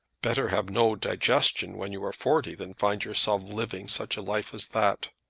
better have no digestion when you are forty than find yourself living such a life as that!